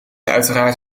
uiteraard